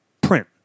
print